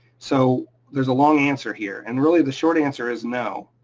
so there's a long answer here, and really the short answer is no.